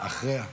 תודה רבה,